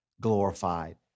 glorified